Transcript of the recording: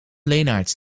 lenaerts